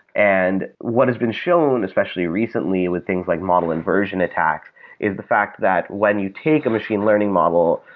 and what has been shown especially recently with things like model and version attack is the fact that when you take a machine learning model,